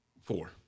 Four